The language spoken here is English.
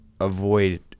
avoid